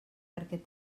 perquè